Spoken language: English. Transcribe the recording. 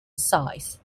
size